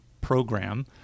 program